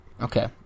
Okay